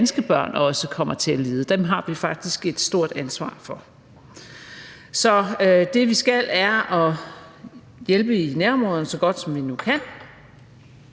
at danske børn også kommer til at lide; dem har vi faktisk et stort ansvar for. Så det, vi skal, er at hjælpe i nærområderne så godt, som vi nu kan